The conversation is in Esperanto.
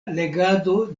legado